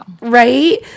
Right